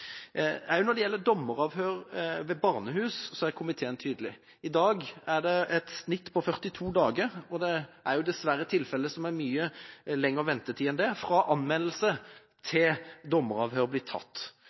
når det gjelder dommeravhør ved barnehus, er komiteen tydelig. I dag er det et snitt på 42 dager – og det er dessverre også tilfeller med mye lengre ventetid enn det – fra anmeldelse